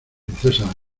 princesas